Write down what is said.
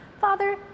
Father